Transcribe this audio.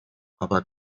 aber